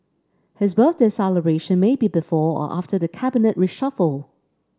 his birthday celebration may be before or after the Cabinet reshuffle